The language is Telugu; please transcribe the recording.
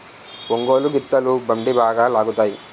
ఒంగోలు గిత్తలు బండి బాగా లాగుతాయి